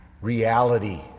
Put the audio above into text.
reality